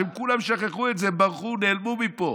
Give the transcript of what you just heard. הם כולם שכחו את זה, ברחו, נעלמו מפה.